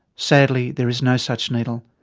sadly there is no such needle.